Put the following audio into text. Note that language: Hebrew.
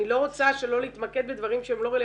אני לא רוצה להתמקד בדברים שהם לא רלוונטיים.